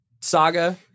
saga